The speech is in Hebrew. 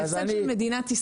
ההפסד הוא של מדינת ישראל.